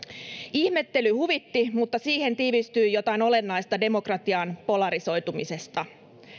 ihmettely huvitti mutta siihen tiivistyi jotain olennaista demokratian polarisoitumisesta